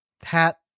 Hat